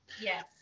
Yes